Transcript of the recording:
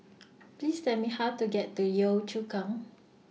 Please Tell Me How to get to Yio Chu Kang